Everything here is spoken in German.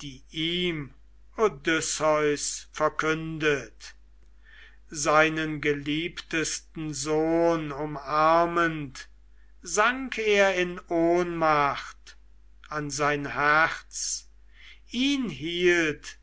die ihm odysseus verkündet seinen geliebtesten sohn umarmend sank er in ohnmacht an sein herz ihn hielt